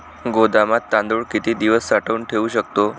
गोदामात तांदूळ किती दिवस साठवून ठेवू शकतो?